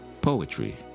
Poetry